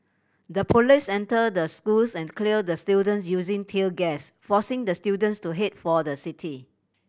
the police entered the schools and cleared the students using tear gas forcing the students to head for the city